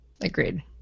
agreed